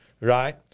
Right